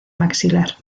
maxilar